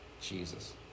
Jesus